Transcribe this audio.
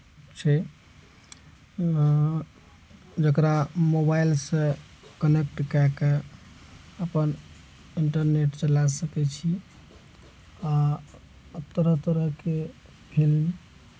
छै जकरा मोबाइलसँ कनेक्ट कए कऽ अपन इंटरनेट चला सकैत छी आ तरह तरहके फिल्म